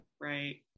right